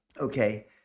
Okay